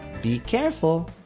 be careful.